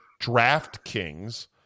DraftKings